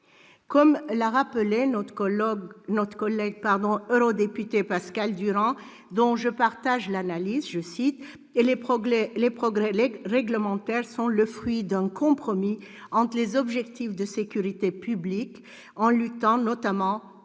Comme l'a rappelé notre collègue eurodéputé Pascal Durand, dont je partage l'analyse :« Les progrès réglementaires sont le fruit d'un compromis entre les objectifs de sécurité publique, en luttant notamment contre